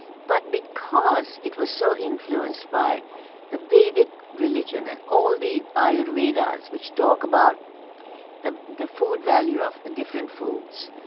but because it was so influenced by the vedic religion and all the ayurvedas which talk about the the food value of different foods,